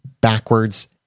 Backwards